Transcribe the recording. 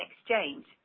exchange